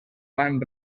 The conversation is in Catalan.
van